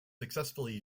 successfully